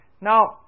Now